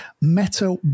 meta